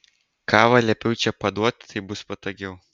kavą liepiau čia paduoti taip bus patogiau